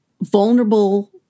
vulnerable